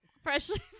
Freshly